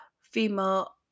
female